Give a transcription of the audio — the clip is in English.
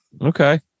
Okay